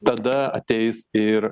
tada ateis ir